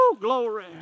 glory